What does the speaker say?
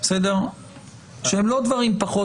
שהם לא פחות